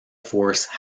force